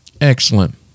Excellent